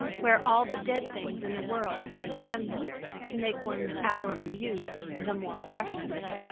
where all the dead things in the world were assembled to make one's hour of youth the more precious.